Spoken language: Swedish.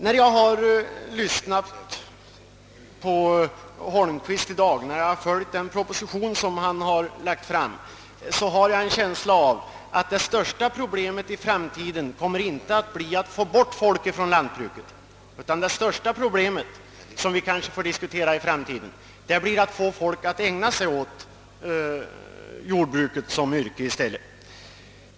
När jag lyssnat på statsrådet Holmqvist i dag och när jag läst propositionen har jag haft en känsla av att det största problemet i framtiden inte kommer att bli att få bort folk från lantbruksnäringen, utan det största problemet, som vi kanske får mycken anledning att diskutera framdeles, blir att förmå människor att ägna sig åt jordbruket som yrke. Herr talman!